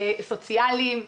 סוציאליים,